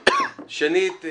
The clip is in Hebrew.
שנית,